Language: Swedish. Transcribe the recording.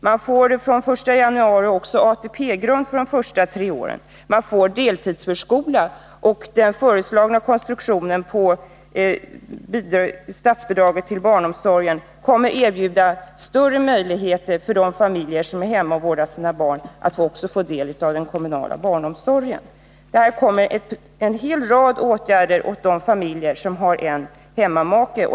Den som är hemma och sköter sitt barn får från den 1 januari ATP-poäng för de första tre åren, och man får deltidsförskola för sina barn. Den föreslagna konstruktionen av statsbidragssystemet för barnomsorgen kommer att erbjuda större möjligheter för de familjer som är hemma och vårdar sina barn att också få del av den kommunala barnomsorgen. Detta är en hel rad åtgärder åt de familjer som har en hemmamake.